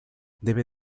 debe